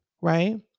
right